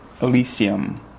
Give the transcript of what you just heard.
Elysium